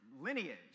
Lineage